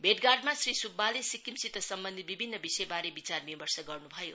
भेटघाटमा श्री सुब्बाले सिक्किमसित सम्वन्धित विभिन्न विषयबारे विचार विमर्श गर्न भयो